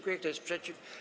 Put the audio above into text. Kto jest przeciw?